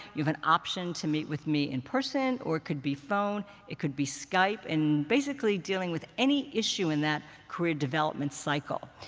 you have an option to meet with me in person, or it could be phone, it could be skype, and basically dealing with any issue in that career development cycle.